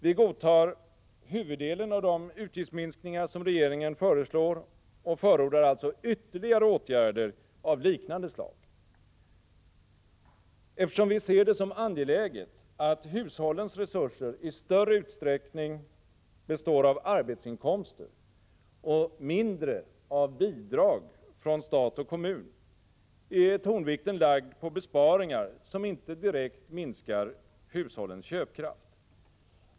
Vi godtar huvuddelen av de utgiftsminskningar som regeringen föreslår och förordar alltså ytterligare åtgärder av liknande slag. Eftersom vi ser det som angeläget att hushållens resurser i större utsträckning består av arbetsinkomster och mindre av bidrag från stat och kommun, är tonvikten lagd på besparingar som inte direkt minskar hushållens köpkraft.